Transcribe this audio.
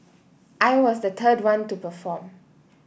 I was the third one to perform